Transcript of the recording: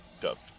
dubbed